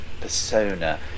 persona